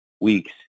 weeks